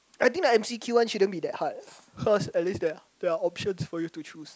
I think the M_C_Q one shouldn't be that hard cause at least there're there're options for you to choose